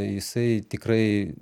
jisai tikrai